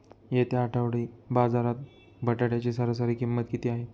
येत्या आठवडी बाजारात बटाट्याची सरासरी किंमत किती आहे?